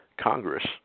Congress